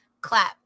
Clap